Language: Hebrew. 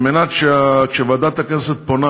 כדי שכשוועדת הכנסת פונה